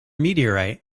meteorite